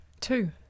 Two